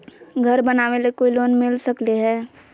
घर बनावे ले कोई लोनमिल सकले है?